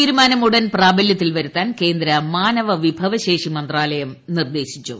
തീരുമാനം ഉടൻ പ്രാബലൃത്തിൽ വരുത്താൻ കേന്ദ്ര മാനവ വിഭവശേഷി മന്ത്രാലയം നിർദ്ദേ ശിച്ചു